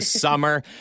summer